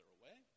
away